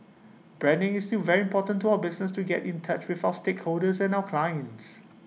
branding is still very important to our business to get in touch with our stakeholders and our clients